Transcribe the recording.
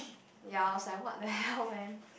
ya I was like what the hell man